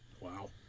Wow